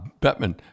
Bettman